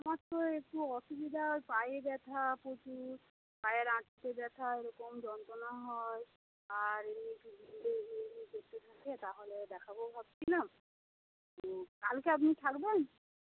আমার তো একটু অসুবিধা পায়ে ব্যথা প্রচুর পায়ের হাঁটুতে ব্যথা ওইরকম যন্ত্রণা হয় আর এর তাহলে দেখাব ভাবছিলাম তো কালকে আপনি থাকবেন